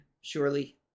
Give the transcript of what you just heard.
surely